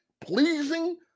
pleasing